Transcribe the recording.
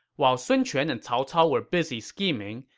while sun quan and cao cao were busy scheming,